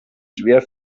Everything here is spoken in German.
schwer